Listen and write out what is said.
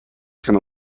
gonna